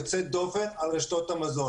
דופן, על רשתות המזון.